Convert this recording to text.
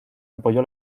apoyó